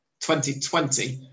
2020